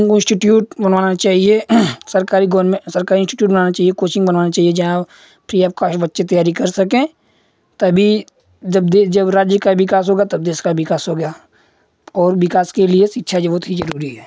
उनको इंस्टिट्यूट बनवाना चाहिए सरकारी गवर में सरकारी इंस्टिट्यूट बनाना चाहिए कोचिंग बनवाना चाहिए जहाँ वो फ्री ऑफ कोस्ट बच्चे तैयारी कर सकें तभी जब दे जब राज्य का विकास होगा तब देश का विकास होगा और विकास के लिए शिक्षा जो बहुत जरूरी है